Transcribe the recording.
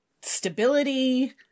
stability